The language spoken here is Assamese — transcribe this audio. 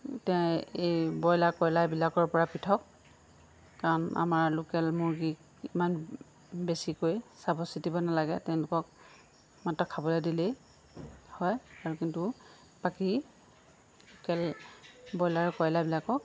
ব্ৰইলাৰ কইলাৰ এইবিলাকৰ পৰা পৃথক কাৰণ আমাৰ লোকেল মুৰ্গীক ইমান বেছিকৈ চাব চিতিব নালাগে তেওঁলোকক মাত্ৰ খাবলৈ দিলেই হয় আৰু কিন্তু বাকী লোকেল ব্ৰইলাৰ কইলাৰবিলাকক